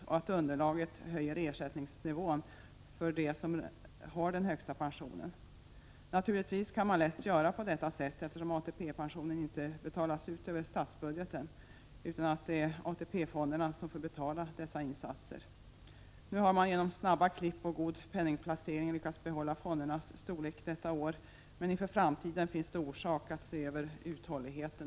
Det underlaget höjer ersättningsnivån för dem som har den högsta pensionen. Naturligtvis kan man lätt göra på detta sätt, eftersom ATP inte betalas ut över statsbudgeten, utan det är AP-fonderna som får betala dessa insatser. Nu har man genom snabba klipp och god penningplacering lyckats behålla fondernas storlek detta år, men inför framtiden finns det orsak att se över fondernas uthållighet.